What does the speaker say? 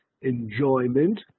enjoyment